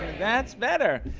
that's better.